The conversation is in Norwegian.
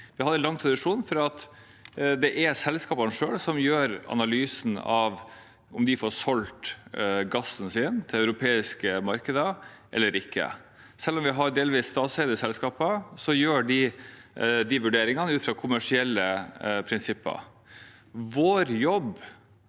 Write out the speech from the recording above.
Vi har en lang tradisjon for at det er selskapene selv som gjør analysen av om de får solgt gassen sin til europeiske markeder eller ikke. Selv om vi har delvis statseide selskaper, gjør de de vurderingene ut fra kommersielle prinsipper.